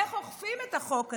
איך אוכפים את החוק הזה?